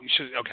okay